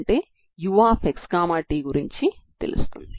ఇది డిఅలెమ్బెర్ట్ పరిష్కారం అవుతుంది